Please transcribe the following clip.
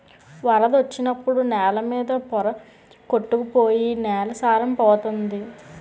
వరదొచ్చినప్పుడు నేల మీద పోర కొట్టుకు పోయి నేల సారం పోతంది